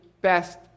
best